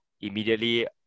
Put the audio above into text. immediately